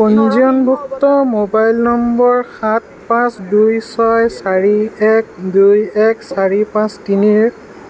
পঞ্জীয়নভুক্ত mobile number সাত পাঁচ দুই ছয় চাৰি এক দুই এক চাৰি পাঁচ তিনিৰ